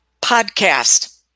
podcast